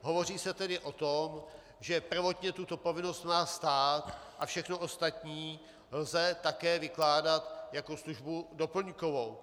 Hovoří se tedy o tom, že prvotně tuto povinnost má stát, a všechno ostatní lze také vykládat jako službu doplňkovou.